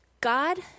God